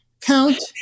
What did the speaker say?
count